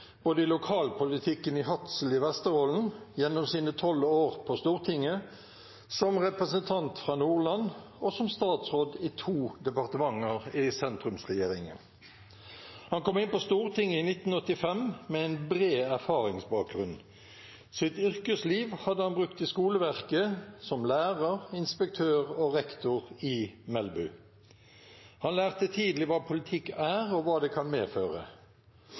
både i lokalpolitikken i Hadsel i Vesterålen, gjennom sine 12 år på Stortinget, som representant fra Nordland, og som statsråd i to departementer i sentrumsregjeringen. Han kom inn på Stortinget i 1985 med en bred erfaringsbakgrunn. Sitt yrkesliv hadde han brukt i skoleverket, som lærer, inspektør og rektor i Melbu. Han lærte tidlig hva politikk er og hva det kan medføre.